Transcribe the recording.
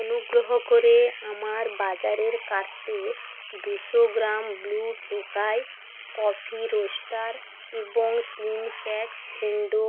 অনুগ্রহ করে আমার বাজারের কার্টে দুশো গ্রাম ব্লু টোকাই কফি রোস্টার এবং তিন প্যাক ফেন্ডো